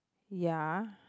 ya